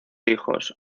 hijos